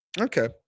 Okay